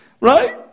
Right